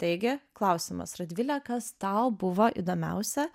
taigi klausimas radvile kas tau buvo įdomiausia